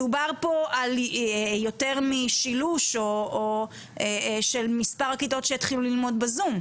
מדובר פה על יותר משילוש של מספר הכיתות שהתחילו ללמוד בזום.